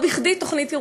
לא בכדי תוכנית ירושלים,